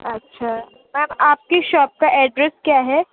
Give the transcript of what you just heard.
اچھا میم آپ کی شاپ کا ایڈریس کیا ہے